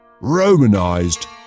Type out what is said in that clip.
Romanized